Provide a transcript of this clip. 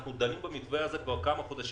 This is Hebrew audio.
אנחנו דנים במתווה הזה כבר כמה חודשים.